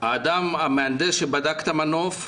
המהנדס שבדק את המנוף,